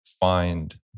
find